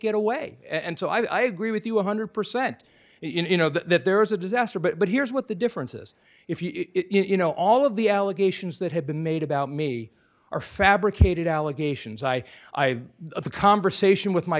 get away and so i agree with you one hundred percent you know that there is a disaster but here's what the differences if you know all of the allegations that have been made about me are fabricated allegations i i have a conversation with my